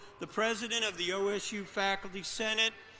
the president of the osu faculty senate,